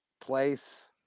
Place